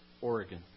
Oregon